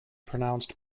pronounced